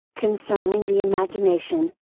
concerning the imagination,